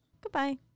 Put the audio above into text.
Goodbye